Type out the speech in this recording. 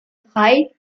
drei